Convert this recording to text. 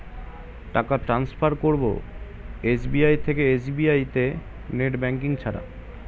টাকা টান্সফার করব এস.বি.আই থেকে এস.বি.আই তে নেট ব্যাঙ্কিং ছাড়া?